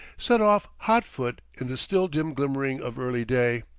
set off hotfoot in the still dim glimmering of early day.